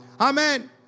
Amen